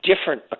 different